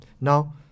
Now